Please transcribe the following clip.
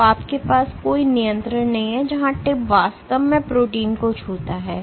तो आपके पास कोई नियंत्रण नहीं है जहां टिप वास्तव में प्रोटीन को छूता है